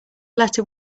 letter